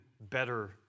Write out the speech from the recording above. better